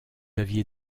aviez